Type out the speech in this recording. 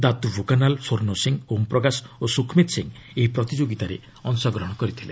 ଦାତ୍ତୁ ଭୋକାନାଲ୍ ସ୍ୱର୍ଷ୍ଣ ସିଂ ଓମ୍ ପ୍ରକାଶ ଓ ସୁଖ୍ମିତ୍ ସିଂ ଏହି ପ୍ରତିଯୋଗିତାରେ ଅଂଶଗ୍ରହଣ କରିଥିଲେ